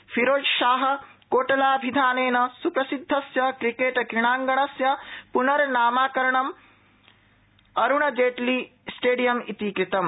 फिरोजशाह कोटलाभिधानेन सुप्रसिद्धस्य क्रिकेट क्रीडागंणस्य पुनर्नामकरणं अरुणजेटली स्टेडियम इति कुतम्